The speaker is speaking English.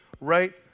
right